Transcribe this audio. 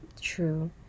True